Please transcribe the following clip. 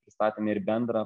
pristatėme ir bendrą